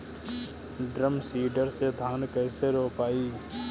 Drum seeder से धान कैसे रोपाई?